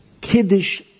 Kiddush